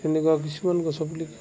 তেনেকুৱা কিছুমান গছৰ পুলি